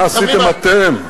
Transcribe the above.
מה עשיתם אתם?